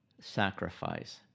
sacrifice